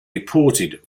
deported